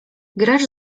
grasz